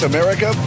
America